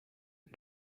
and